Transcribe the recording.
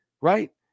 right